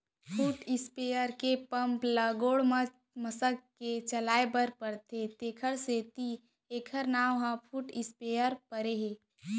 foot sprayer के pump ल गोड़ म मसक के चलाए बर परथे तेकर सेती एकर नांव फुट स्पेयर परे हे